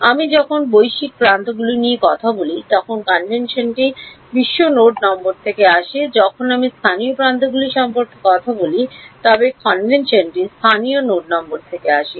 আমি যখন বৈশ্বিক প্রান্তগুলি নিয়ে কথা বলি তখন কনভেনশনটি বিশ্ব নোড নম্বর থেকে আসে যখন আমি স্থানীয় প্রান্তগুলি সম্পর্কে কথা বলি তবে কনভেনশনটি স্থানীয় নোড নম্বর থেকে আসে